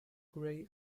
gray